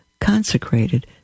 consecrated